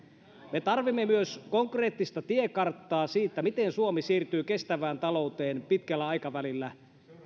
me tarvitsemme myös konkreettista tiekarttaa siitä miten suomi siirtyy kestävään talouteen pitkällä aikavälillä